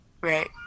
Right